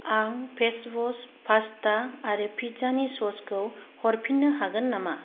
आं fresh box pasta आरो pizza नि ससखौ हरफिननो हागोन नामा